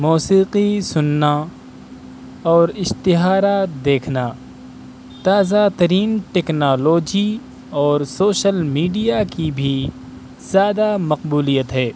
موسیقی سننا اور اشتہارات دیکھنا تازہ ترین ٹیکنالوجی اور سوشل میڈیا کی بھی زیادہ مقبولیت ہے